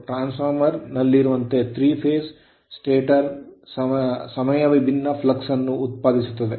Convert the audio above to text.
ಟ್ರಾನ್ಸ್ farmer ನಲ್ಲಿರುವಂತೆ ಈ 3 phase stator ಸಮಯವಿಭಿನ್ನ ಫ್ಲಕ್ಸ್ ಅನ್ನು ಉತ್ಪಾದಿಸುತ್ತದೆ